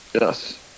Yes